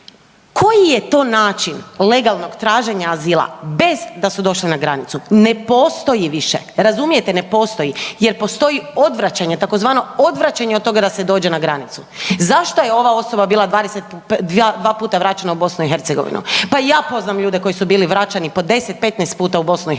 koji je to način legalnog traženja azila bez da su došle na granicu, ne postoji više, razumijete ne postoji jer postoji odvraćanje tzv. odvraćanje od toga da se dođe na granicu. Zašto je ova osoba bila 22 puta vraćena u BiH? Pa i ja poznam ljude koji su bili vraćeni po 10, 15 puta u BiH.